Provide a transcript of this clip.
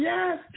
Yes